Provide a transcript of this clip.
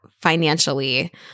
financially